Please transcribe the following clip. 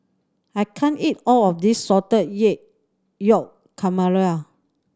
I can't eat all of this Salted Egg Yolk Calamari